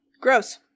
gross